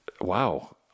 wow